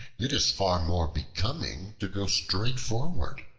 it is far more becoming to go straight forward.